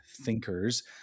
thinkers